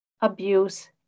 abuse